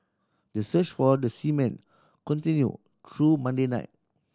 the search for the seamen continue through Monday night